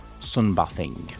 sunbathing